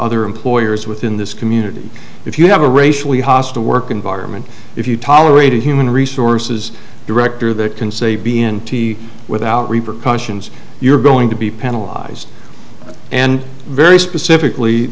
other employers within this community if you have a racially hostile work environment if you tolerate a human resources director that can say be in t without repercussions you're going to be penalize and very specifically